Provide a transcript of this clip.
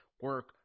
Work